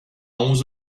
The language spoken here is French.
onze